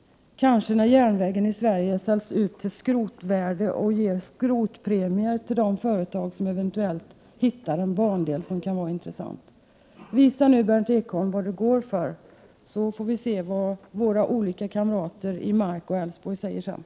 Kanske när järnvägen i Sverige säljs ut till skrotvärde och man ger skrotpremier till de företag som eventuellt hittar en bandel som kan vara intressant. Berndt Ekholm får visa vad han går för, så får vi höra vad våra kamrater i Mark och Älvsborg sedan säger!